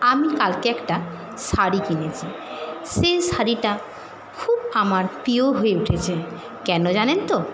আমি কালকে একটা শাড়ি কিনেছি সেই শাড়িটা খুব আমার প্রিয় হয়ে উঠেছে কেন জানেন তো